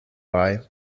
bei